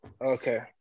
Okay